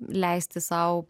leisti sau